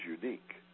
unique